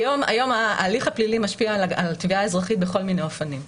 היום ההליך הפלילי משפיע על התביעה האזרחית בכל מיני אופנים.